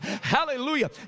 Hallelujah